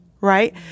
right